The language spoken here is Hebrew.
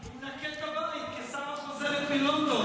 הוא מנקה את הבית כי שרה חוזרת מלונדון,